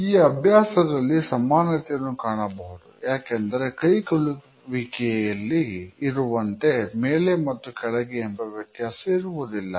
ಈ ಅಭ್ಯಾಸದಲ್ಲಿ ಸಮಾನತೆಯನ್ನು ಕಾಣಬಹುದು ಯಾಕೆಂದರೆ ಕೈ ಕುಲುಕಿವಿಕೆಯಲ್ಲಿ ಇರುವಂತೆ ಮೇಲೆ ಮತ್ತು ಕೆಳಗೆ ಎಂಬ ವ್ಯತ್ಯಾಸ ಇರುವುದಿಲ್ಲ